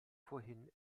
vorhin